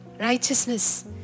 Righteousness